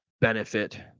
benefit